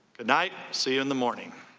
good night, see you in the morning.